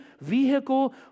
vehicle